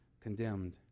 condemned